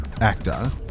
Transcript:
actor